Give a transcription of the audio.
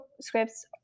scripts